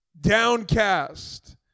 downcast